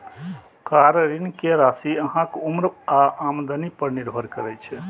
car ऋण के राशि अहांक उम्र आ आमदनी पर निर्भर करै छै